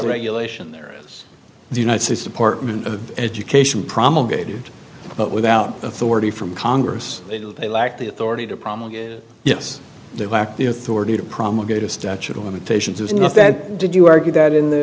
regulation there is the united states department of education promulgated but without authority from congress they lack the authority to problem yes they lack the authority to promulgated a statute of limitations is enough that did you argue that in the